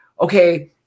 okay